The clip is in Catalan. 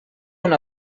una